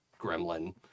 gremlin